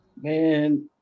Man